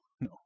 no